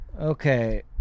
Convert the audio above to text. Okay